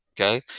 Okay